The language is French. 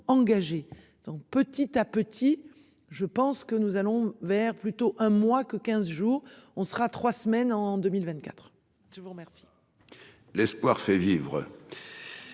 dans petit à petit. Je pense que nous allons vers plutôt un mois que 15 jours on sera trois semaines en 2024. Je vous remercie.